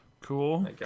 Cool